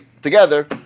Together